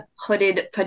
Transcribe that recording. Hooded